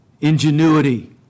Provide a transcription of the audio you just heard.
ingenuity